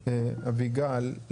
אביגל,